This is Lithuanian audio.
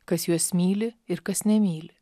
kas juos myli ir kas nemyli